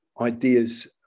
ideas